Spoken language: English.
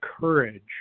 courage